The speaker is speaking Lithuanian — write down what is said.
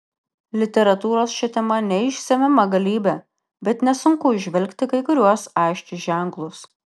literatūros šia tema neišsemiama galybė bet nesunku įžvelgti kai kuriuos aiškius ženklus